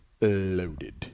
loaded